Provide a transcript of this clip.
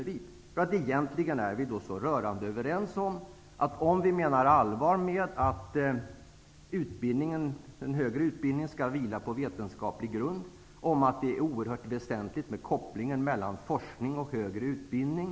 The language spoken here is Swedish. Vi är egentligen rörande överens om att vi menar allvar med att den högre utbildningen skall vila på vetenskaplig grund. Det är oerhört väsentligt med kopplingen mellan forskning och högre utbildning.